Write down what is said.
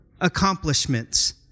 accomplishments